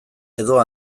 edo